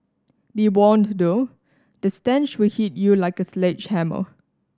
be warned though the stench will hit you like a sledgehammer